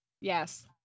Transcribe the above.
Yes